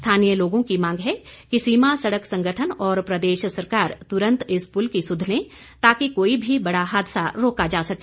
स्थानीय लोगों की मांग है कि सीमा सड़क संगठन और प्रदेश सरकार तुरंत इस पुल की सुध लें ताकि कोई भी बड़ा हादसा रोका जा सके